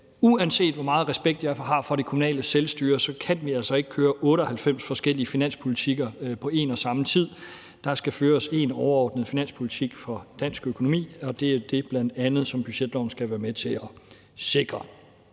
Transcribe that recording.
Uanset hvor meget respekt jeg har for det kommunale selvstyre, kan vi altså ikke køre 98 forskellige finanspolitikker på en og samme tid. Der skal føres én overordnet finanspolitik for dansk økonomi, og det er bl.a. det, som budgetloven skal være med til at sikre.